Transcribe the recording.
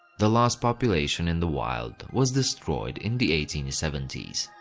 the last population in the wild was destroyed in the eighteen seventy s.